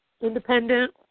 independent